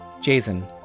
Jason